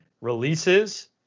releases